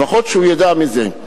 לפחות שהוא ידע מזה.